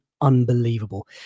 unbelievable